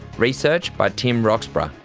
research by tim roxburgh,